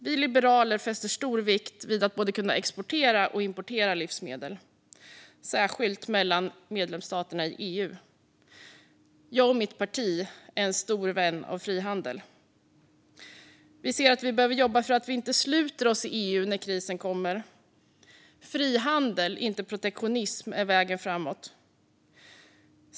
Vi liberaler fäster stor vikt vid att kunna både exportera och importera livsmedel, särskilt mellan medlemsstaterna i EU. Jag, liksom mitt parti, är en stor vän av frihandel. Vi ser att man behöver jobba för att EU inte ska sluta sig när krisen kommer. Frihandel, inte protektionism, är vägen framåt.